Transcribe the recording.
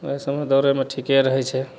ओहि सबमे दौड़ैमे ठिके रहै छै